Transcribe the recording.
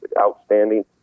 outstanding